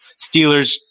Steelers